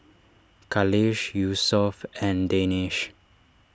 Khalish Yusuf and Danish